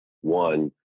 One